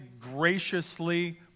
graciously